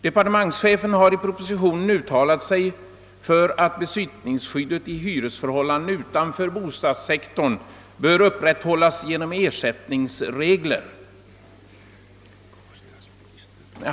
Departementschefen har i propositionen uttalat sig för att besittningsskyddet i hyresförhållanden utanför bostadssektorn bör upprätthållas genom ersättningsregler.